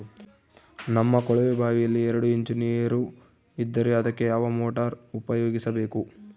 ನಮ್ಮ ಕೊಳವೆಬಾವಿಯಲ್ಲಿ ಎರಡು ಇಂಚು ನೇರು ಇದ್ದರೆ ಅದಕ್ಕೆ ಯಾವ ಮೋಟಾರ್ ಉಪಯೋಗಿಸಬೇಕು?